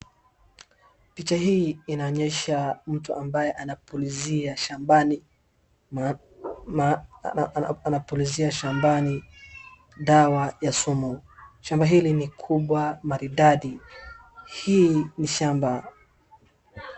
Picha hii inaonyesha mtu ambaye anapulizia shambani, ma-ma anapulizia shambani dawa ya sumu. Shamba hili ni kubwa maridadi. Hii ni shamba.